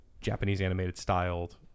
Japanese-animated-styled